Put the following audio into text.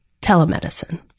telemedicine